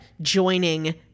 joining